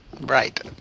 Right